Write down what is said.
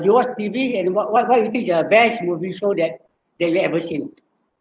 you watch T_V and what what what you think uh best movie show that that they ever seen